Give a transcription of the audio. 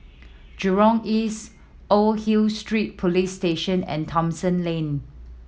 Jurong East Old Hill Street Police Station and Thomson Lane